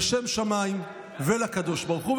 לשם שמיים ולקדוש ברוך הוא.